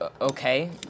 okay